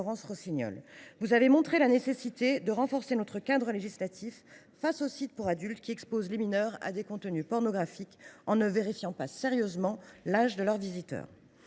a montré la nécessité de renforcer notre cadre législatif face aux sites pour adultes qui exposent les mineurs à des contenus pornographiques, faute de vérifier sérieusement l’âge de leurs visiteurs.